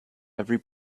every